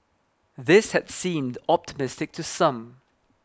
this had seemed optimistic to some